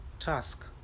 Task